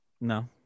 No